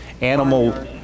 animal